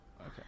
Okay